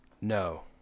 No